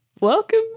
Welcome